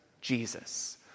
Jesus